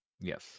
Yes